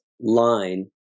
line